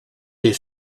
des